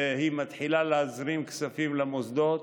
והיא מתחילה להזרים כספים למוסדות.